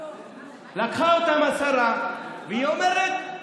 לקחה אותם השרה, והיא אומרת: